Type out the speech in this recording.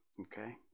Okay